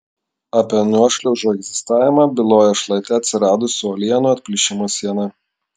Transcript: apie nuošliaužų egzistavimą byloja šlaite atsiradusi uolienų atplyšimo siena